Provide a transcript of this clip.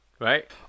right